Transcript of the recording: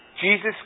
Jesus